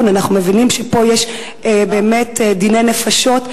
אנחנו מבינים שכאן יש באמת דיני נפשות,